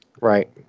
Right